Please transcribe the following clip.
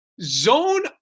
Zone